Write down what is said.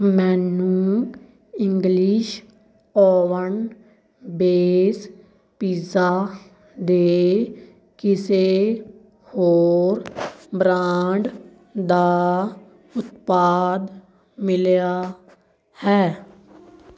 ਮੈਨੂੰ English oven base pizza ਦੇ ਕਿਸੇ ਹੋਰ ਬ੍ਰਾਂਡ ਦਾ ਉਤਪਾਦ ਮਿਲਿਆ ਹੈ